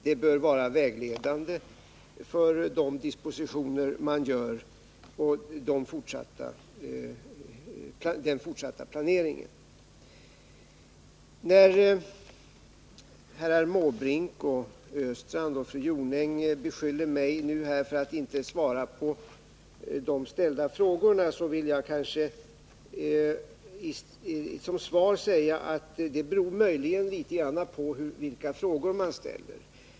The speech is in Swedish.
Det bör vara vägledande för de dispositioner man gör och för den fortsatta planeringen. När herrar Måbrink och Östrand och fru Jonäng beskyller mig för att inte svara på de ställda frågorna vill jag säga att svaret beror möjligen litet grand på vilka frågor man ställer.